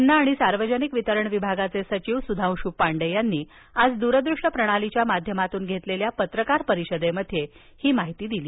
अन्न आणि सार्वजनिक वितरण विभागाचे सचिव सुधांशू पांडे यांनी आज दूरदृष्य प्रणालीच्या माध्यमातून घेतलेल्या पत्रकार परिषदेत ही माहिती दिली